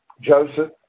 Joseph